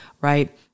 right